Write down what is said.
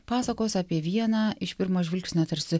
pasakos apie vieną iš pirmo žvilgsnio tarsi